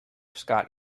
scott